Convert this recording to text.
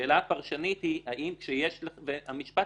השאלה הפרשנית היא האם כשיש המשפט